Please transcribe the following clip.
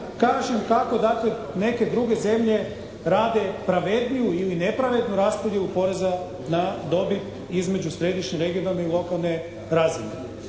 kažem kako dakle neke druge zemlje rade pravedniju ili nepravednu raspodjelu poreza na dobit između središnje, regionalne i lokalne razine.